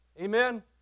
Amen